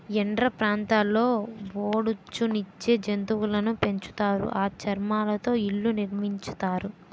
tundra ప్రాంతాల్లో బొఉచ్చు నిచ్చే జంతువులును పెంచుతారు ఆ చర్మాలతో ఇళ్లు నిర్మించుతారు